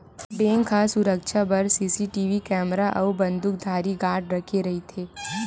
bank ह सुरक्छा बर सीसीटीवी केमरा अउ बंदूकधारी गार्ड राखे रहिथे